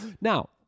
Now